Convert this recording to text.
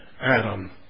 Adam